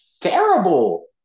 terrible